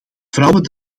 vrouwen